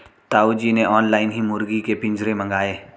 ताऊ जी ने ऑनलाइन ही मुर्गी के पिंजरे मंगाए